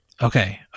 Okay